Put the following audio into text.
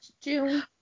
June